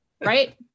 Right